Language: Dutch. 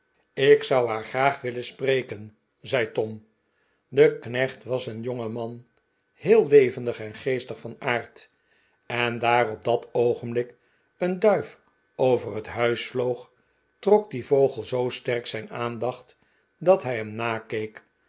ik zou haar graag willen spreken zei tom de knecht was een jongeman heel levendig en geestig van aard en daar op dat oogenblik een duif over het huis vloog trok die vogel zoo sterk zijn aandacht dat hij hem nakeek